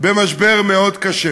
במשבר מאוד קשה.